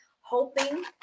hoping